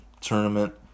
Tournament